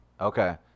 okay